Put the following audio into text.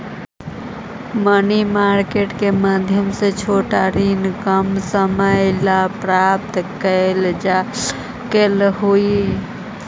money market के माध्यम से छोटा ऋण कम समय ला प्राप्त कैल जा सकऽ हई